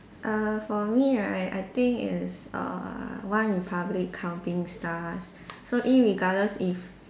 err for me right I think it's err OneRepublic counting stars so irregardless if